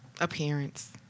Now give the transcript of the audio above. appearance